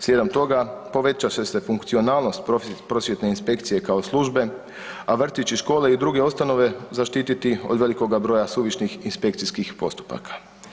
Slijedom toga povećat će se funkcionalnost Prosvjetne inspekcije kao službe, a vrtići i škole i druge ustanove zaštititi od velikoga broja suvišnih inspekcijskih postupaka.